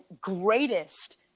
greatest